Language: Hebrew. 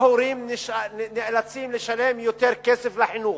ההורים נאלצים לשלם יותר כסף על חינוך,